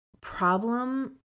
problem